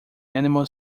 animal